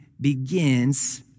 begins